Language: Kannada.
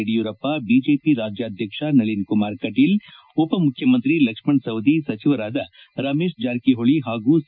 ಯಡಿಯೂರಪ್ಪ ಬಿಜೆಪಿ ರಾಜ್ಯಾಧ್ಯಕ್ಷ ನಳಿನ್ ಕುಮಾರ್ ಕಟೀಲ್ ಉಪಮುಖ್ಯಮಂತ್ರಿ ಲಕ್ಷ್ಮಣ ಸವದಿ ಸಚಿವರಾದ ರಮೇಶ್ ಜಾರಕಿಹೊಳಿ ಹಾಗೂ ಸಿ